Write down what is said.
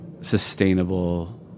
sustainable